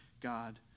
God